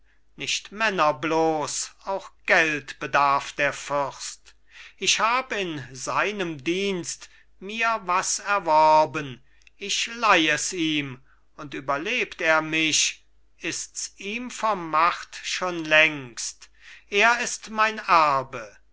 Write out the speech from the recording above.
nicht männer bloß auch geld bedarf der fürst ich hab in seinem dienst mir was erworben ich leih es ihm und überlebt er mich ists ihm vermacht schon längst er ist mein erbe